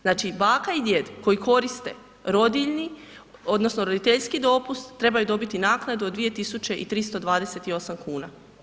Znači baka i djed koji koriste rodiljni odnosno roditeljski dopust trebaju naknadu od 2328 kuna.